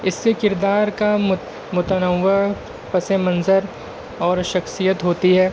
اس کے کردار کا مت متنوعہ پس منظر اور شخصیت ہوتی ہے